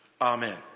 Amen